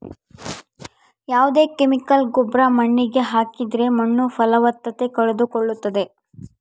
ಯಾವ್ದೇ ಕೆಮಿಕಲ್ ಗೊಬ್ರ ಮಣ್ಣಿಗೆ ಹಾಕಿದ್ರೆ ಮಣ್ಣು ಫಲವತ್ತತೆ ಕಳೆದುಕೊಳ್ಳುತ್ತದೆ